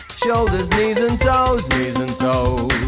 shoulders, knees and toes, knees and so